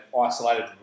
isolated